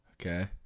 Okay